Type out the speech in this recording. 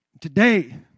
Today